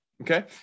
okay